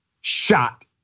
shot